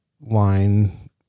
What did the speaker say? line